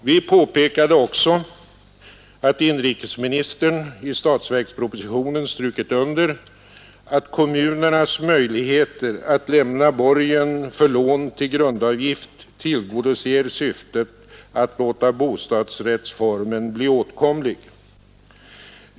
Vi påpekade också att inrikesministern i statsverkspropositionen understrukit att kommunernas möjligheter att lämna borgen för lån till grundavgift tillgodoser syftet att låta bostadsrättsformen bli åtkomlig.